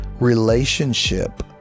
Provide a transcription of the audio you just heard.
relationship